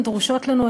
הן דרושות לנו,